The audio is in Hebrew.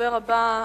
הדובר הבא,